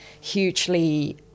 hugely